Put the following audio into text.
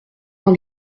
dans